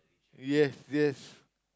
yes yes